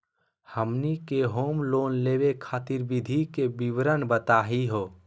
हमनी के home loan लेवे खातीर विधि के विवरण बताही हो?